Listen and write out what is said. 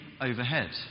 overhead